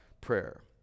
prayer